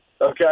okay